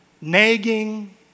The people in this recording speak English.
nagging